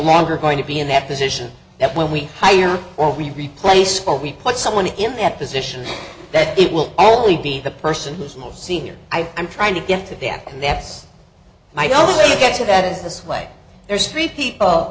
longer going to be in that position that when we hire or we replace what we put someone in that position that it will all be the person who is most senior i'm trying to get to them and that's my only way to get to that is this way there's three people